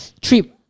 trip